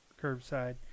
curbside